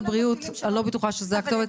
אני לא בטוחה שמשרד הבריאות זה הכתובת.